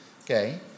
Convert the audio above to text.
okay